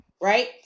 right